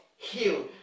Heal